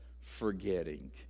forgetting